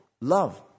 love